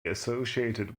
associated